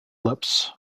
lips